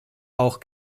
auch